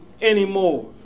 anymore